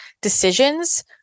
decisions